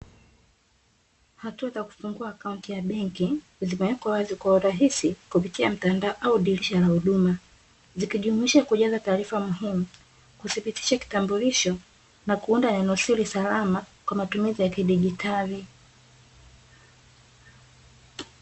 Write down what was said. Hatua za kufungua akaunti ya benki zimewekwa wazi kwa urahisi kupitia mtandao au dirisha la huduma. Zikijumlisha kujaza taarifa muhimu, kuthibitisha kitambulisho na kuunda neno siri salama kwa matumizi ya kidigitali.